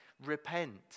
repent